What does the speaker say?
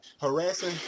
harassing